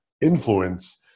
influence